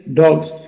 dogs